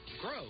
Grow